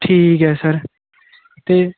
ਠੀਕ ਐ ਸਰ ਤੇ